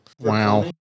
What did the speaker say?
Wow